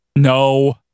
No